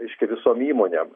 reiškia visom įmonėm